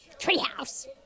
Treehouse